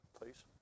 please